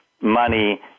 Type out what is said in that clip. money